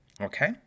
Okay